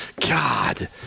God